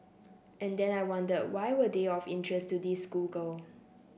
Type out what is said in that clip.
and then I wonder why were they of interest to this schoolgirl